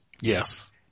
Yes